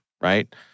right